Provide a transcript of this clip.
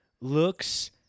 looks